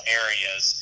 areas